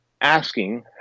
asking